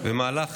במהלך